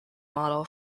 model